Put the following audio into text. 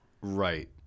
right